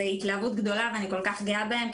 זה התלהבות גדולה ואני כל כך גאה בהם,